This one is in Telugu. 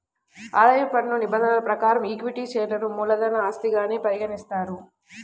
ఆదాయ పన్ను నిబంధనల ప్రకారం ఈక్విటీ షేర్లను మూలధన ఆస్తిగానే పరిగణిస్తారు